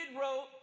wrote